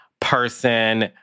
person